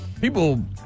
people